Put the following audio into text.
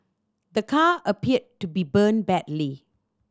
the car appeared to be burnt badly